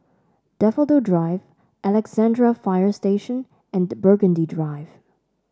Daffodil Drive Alexandra Fire Station and Burgundy Drive